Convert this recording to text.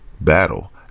battle